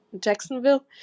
jacksonville